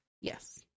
Yes